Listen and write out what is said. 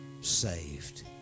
saved